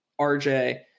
RJ